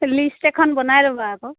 list এখন বনাই ল'ব আকৌ